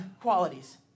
qualities